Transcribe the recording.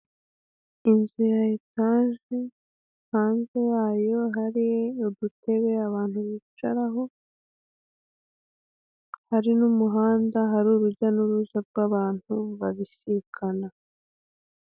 Inzu ya etaje hanze yayo hari udutebe abantu bicaraho, hari n'umuhanda, hari urujya n'uruza rw'abantu babisikana.